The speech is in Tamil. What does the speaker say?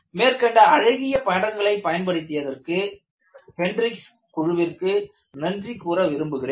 மேற்கண்ட அழகிய பாலங்களை பயன்படுத்தியதற்கு ஹெண்ட்ரிக்ஸ் குழுவிற்கு நன்றி கூற விரும்புகிறேன்